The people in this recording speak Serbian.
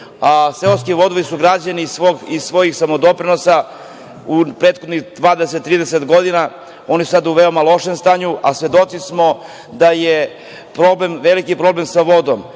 seoski vodovodi su građeni iz svojih samodoprinosa u prethodnih 20, 30 godina, oni su sad u veoma lošem stanju, a svedoci smo da je veliki problem sa vodom. Iz